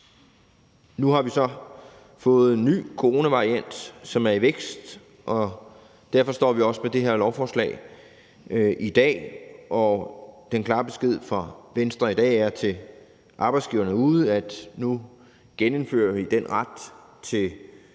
Nu har vi så fået en ny coronavariant, som er i vækst, og derfor står vi også med det her lovforslag i dag. Den klare besked fra Venstre til arbejdsgiveren derude er i dag, at nu genindfører vi retten til